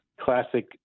classic